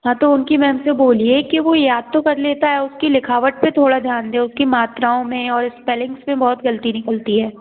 हाँ तो उनकी मैम से बोलिए कि वो याद तो कर लेता है उसकी लिखावट पे थोड़ा ध्यान दें उसकी मात्राओं में और एस्पेलिग्स मे बहुत ग़लती निकलती है